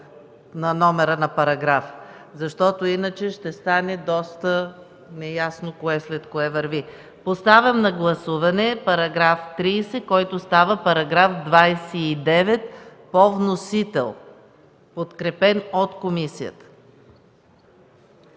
на номера на параграфа. Иначе ще стане доста неясно кое след кое върви. Поставям на гласуване § 30, който става § 29, по вносител, подкрепен от комисията.